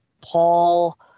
Paul